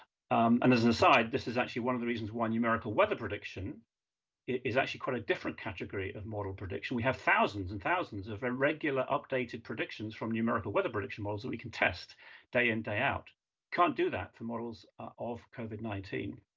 and as an aside, this is actually one of the reasons why numerical weather prediction is actually quite a different category of model prediction. we have thousands and thousands of regular updated predictions from numerical weather prediction models that we can test day in, day out. we can't do that for models of covid nineteen.